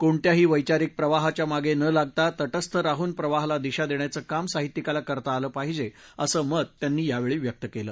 कोणत्याही वैचारीक प्रवाहाच्या मागे न लागता तटस्थ राहून प्रवाहाला दिशा देण्याचं काम साहित्यिकाला करता आलं पाहिजे सं मत यांनी यावेळी व्यक्त केलं